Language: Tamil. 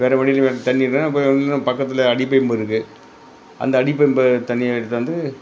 வேறு வழியில வர தண்ணின்னா இப்போ அந்த அங்கே பக்கத்தில் அடி பம்பு இருக்கு அந்த அடி பம்பு தண்ணியே எடுத்தாந்து